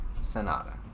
Sonata